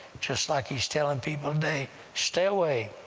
just like he's telling people today, stay away!